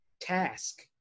task